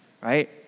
right